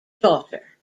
daughter